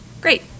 Great